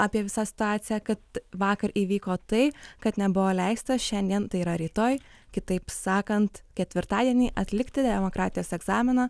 apie visą situaciją kad vakar įvyko tai kad nebuvo leista šiandien tai yra rytoj kitaip sakant ketvirtadienį atlikti demokratijos egzamino